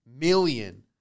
million